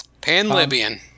Pan-Libyan